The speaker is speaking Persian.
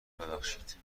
ببخشید